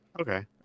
Okay